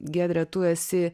giedre tu esi